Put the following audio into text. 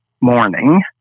morning